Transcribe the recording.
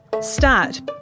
Start